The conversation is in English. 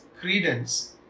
credence